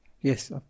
Yes